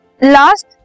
last